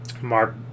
Mark